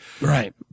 Right